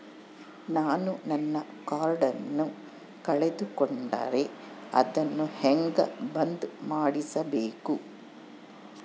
ನಾನು ನನ್ನ ಕಾರ್ಡನ್ನ ಕಳೆದುಕೊಂಡರೆ ಅದನ್ನ ಹೆಂಗ ಬಂದ್ ಮಾಡಿಸಬೇಕು?